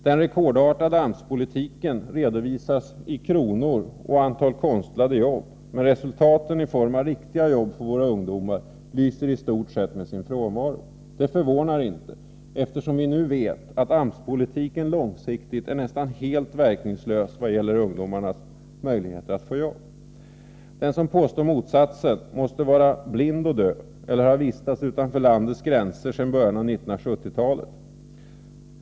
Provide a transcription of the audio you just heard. Den rekordartade AMS politiken redovisas i kronor och i antalet konstlade jobb, men resultat i form av riktiga jobb för våra ungdomar lyser i stort sett med sin frånvaro. Det förvånar inte, eftersom vi nu vet att AMS-politiken långsiktigt är nästan helt verkningslös vad gäller ungdomarnas möjligheter att få arbete. Den som påstår motsatsen måste vara blind och döv eller ha vistats utanför landets gränser sedan början på 1970-talet.